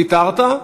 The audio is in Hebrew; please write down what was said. ויתרת?